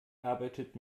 arbeitet